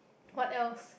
what else